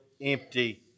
empty